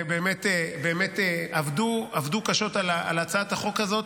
הם באמת עבדו קשה על הצעת החוק הזאת,